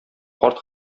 карт